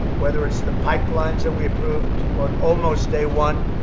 whether it's the pipelines that we approved on almost day one,